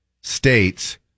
states